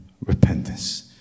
repentance